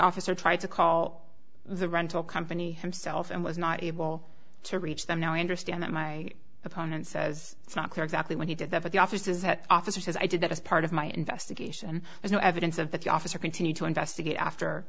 officer tried to call the rental company himself and was not able to reach them now i understand that my opponent says it's not clear exactly when he did that but the offices that officer says i did that as part of my investigation and there's no evidence of that the officer continued to investigate after